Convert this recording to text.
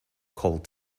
cold